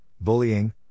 bullying